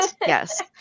Yes